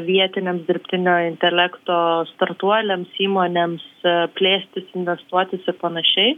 vietiniams dirbtinio intelekto startuoliams įmonėms plėstis investuotis ir panašiai